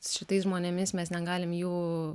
šitais žmonėmis mes negalim jų